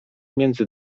między